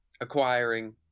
acquiring